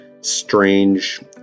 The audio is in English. strange